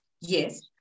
Yes